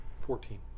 Fourteen